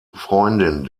freundin